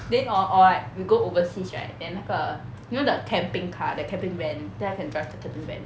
then or or like we go overseas right then 那个 you know the camping car the camping van then I can drive the camping van